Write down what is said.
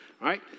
right